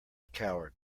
coward